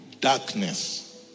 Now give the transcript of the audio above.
darkness